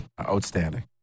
Outstanding